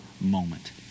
moment